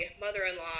mother-in-law